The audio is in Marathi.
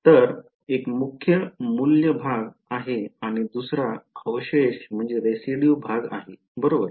तर एक मुख्य मूल्य भाग आहे आणि दुसरा अवशेष भाग बरोबर आहे